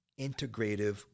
integrative